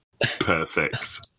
Perfect